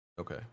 Okay